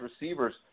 receivers